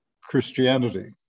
Christianity